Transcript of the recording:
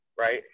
right